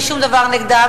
שאין לי שום דבר נגדם,